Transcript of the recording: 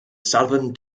southern